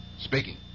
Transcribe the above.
Speaking